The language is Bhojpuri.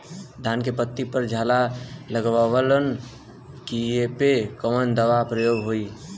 धान के पत्ती पर झाला लगववलन कियेपे कवन दवा प्रयोग होई?